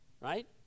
right